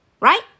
right